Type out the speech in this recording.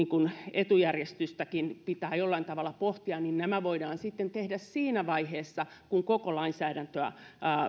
etujärjestystäkin pitää jollain tavalla pohtia voidaan sitten tehdä siinä vaiheessa kun koko lainsäädäntöä